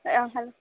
ஆ hello